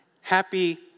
happy